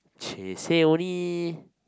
!chey! say only